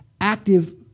active